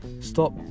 stop